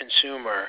consumer